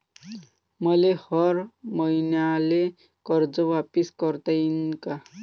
मले हर मईन्याले कर्ज वापिस करता येईन का?